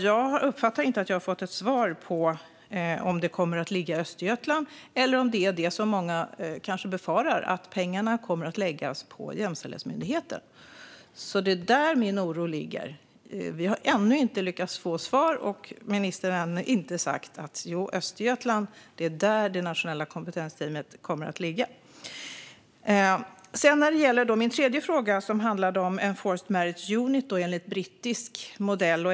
Jag uppfattar alltså inte att jag har fått ett svar på om det kommer att ligga i Östergötland eller om det är så som många befarar, nämligen att pengarna kommer att läggas på Jämställdhetsmyndigheten. Det är där min oro ligger. Vi har ännu inte lyckats få svar; ministern har ännu inte sagt att det är i Östergötland Nationella kompetensteamet kommer att ligga. Min tredje fråga handlade om en forced marriage unit enligt brittisk modell.